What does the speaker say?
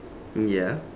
ya